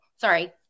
Sorry